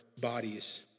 bodies